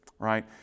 right